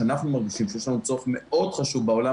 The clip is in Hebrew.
שאנחנו מרגישים שיש לנו צורך מאוד חשוב בעולם